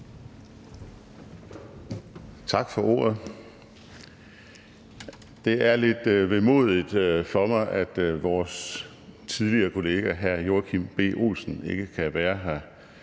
Tak for ordet. Det er lidt vemodigt for mig, at vores tidligere kollega, hr. Joachim B. Olsen, ikke kan være her